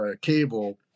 cable